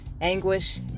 anguish